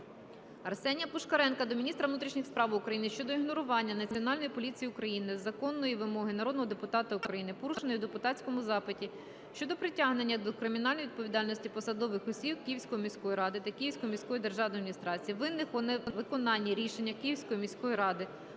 Арсенія Пушкаренка до міністра внутрішніх справ України щодо ігнорування Національною поліцією України законної вимоги народного депутата України, порушеної у депутатському запиті щодо притягнення до кримінальної відповідальності посадових осіб Київської міської ради та Київської міської державної адміністрації, винних у невиконанні рішення Київської міської ради